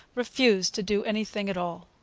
refused to do anything at all.